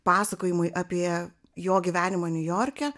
pasakojimai apie jo gyvenimą niujorke